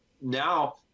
Now